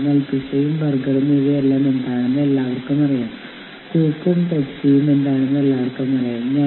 അതിനാൽ നിങ്ങൾ പറഞ്ഞേക്കാം ശരി സംഘടനയിൽ 5 വർഷവും 10 വർഷവും 20 വർഷവും പ്രവർത്തിച്ചിട്ടുള്ള ആർക്കും യൂണിയന്റെ നേതൃത്വത്തിനായി മത്സരിക്കാം